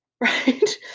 right